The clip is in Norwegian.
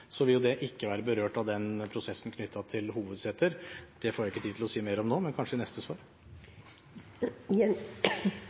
vil jo ikke den være berørt av prosessen knyttet til hovedseter. Det får jeg ikke tid til å si mer om nå – men kanskje i neste svar.